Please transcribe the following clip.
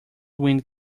wind